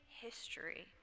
history